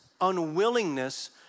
unwillingness